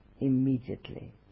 immediately